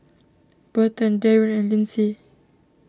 Burton Darrien and Lyndsey